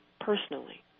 personally